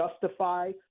justify